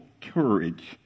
courage